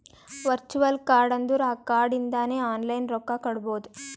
virtual card ಅಂದುರ್ ಆ card ಇಂದಾನೆ ಆನ್ಲೈನ್ ರೊಕ್ಕಾ ಕೊಡ್ಬೋದು